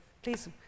Please